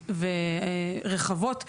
והלוואי ותביא לעמידר את תרבות הניהול והביצוע מהעבר